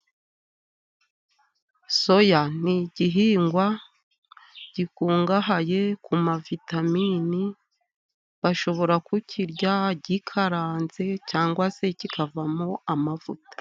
Soya ni igihingwa gikungahaye ku ma vitaminini. Bashobora kukirya gikaranze, cyangwa se kikavamo amavuta.